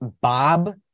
Bob